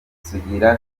sugira